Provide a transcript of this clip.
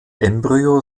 embryo